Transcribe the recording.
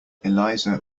eliza